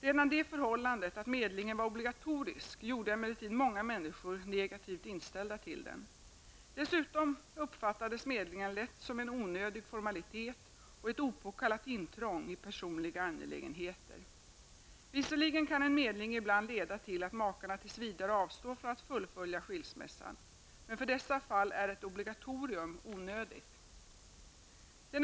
Redan det förhållandet att medlingen var obligatorisk gjorde emellertid många människor negativt inställda till den. Dessutom uppfattades medlingen lätt som en onödig formalitet och ett opåkallat intrång i personliga angelägenheter. Visserligen kan en medling ibland leda till att makarna tills vidare avstår från att fullfölja skilsmässan. Men för dessa fall är ett obligatorium onödigt.